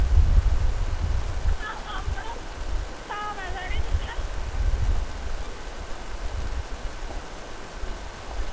धाम ऐ साढ़े घर